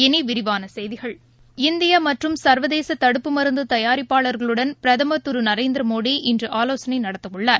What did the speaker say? இனிவிரிவானசெய்திகள் இந்தியமற்றும் சா்வதேசதடுப்பு மருந்துதயாரிப்பாளர்களுடன் பிரதமர் திருநரேந்திரமோடி இன்றுஆலோசனைநடத்தவுள்ளார்